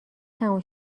تموم